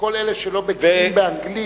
לכל אלה שלא בקיאים באנגלית,